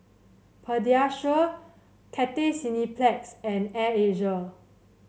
Pediasure Cathay Cineplex and Air Asia